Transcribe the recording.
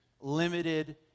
limited